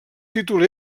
títol